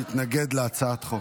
להתנגד להצעת החוק.